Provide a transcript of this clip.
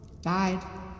died